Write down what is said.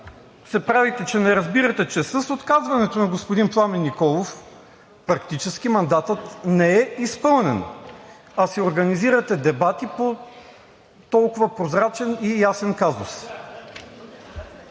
се правите, че не разбирате, че с отказването на господин Пламен Николов практически мандатът не е изпълнен, а си организирате дебати по толкова прозрачен и ясен казус?!